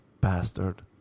bastard